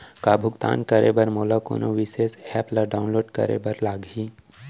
का भुगतान करे बर मोला कोनो विशेष एप ला डाऊनलोड करे बर लागही